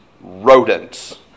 rodents